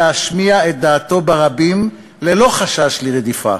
להשמיע את דעתם ברבים ללא חשש לרדיפה,